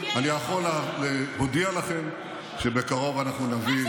אני יכול להודיע לכם שבקרוב אנחנו נביא,